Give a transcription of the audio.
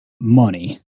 money